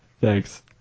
Thanks